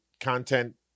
content